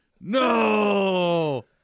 No